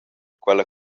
quella